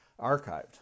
archived